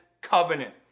covenant